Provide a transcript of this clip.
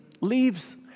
leaves